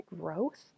growth